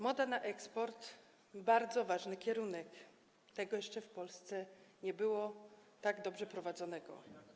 Moda na eksport” - bardzo ważny kierunek, tego jeszcze w Polsce nie było, tak dobrze prowadzonego.